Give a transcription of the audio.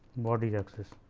body axis.